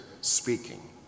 speaking